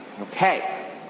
Okay